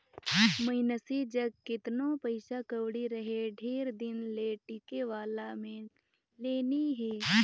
मइनसे जग केतनो पइसा कउड़ी रहें ढेर दिन ले टिके वाला में ले नी हे